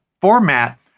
format